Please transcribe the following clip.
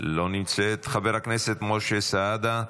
לא נמצאת, חבר הכנסת משה סעדה,